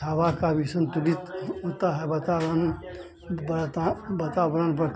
हवा का भी संतुलित होता है वातावरण वाता वातावरण